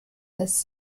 this